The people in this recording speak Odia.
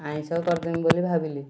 ଆଇଁଷ କରିଦେମି ବୋଲି ଭାବିଲି